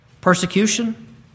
persecution